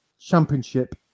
championship